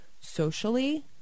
socially